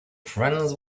friends